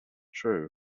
true